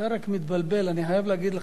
אתה רק מתבלבל, אני חייב להגיד לך.